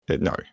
no